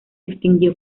extinguió